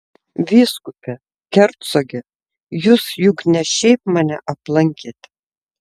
vyskupe hercoge jūs juk ne šiaip mane aplankėte